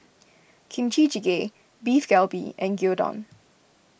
Kimchi Jjigae Beef Galbi and Gyudon